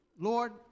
Lord